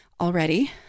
already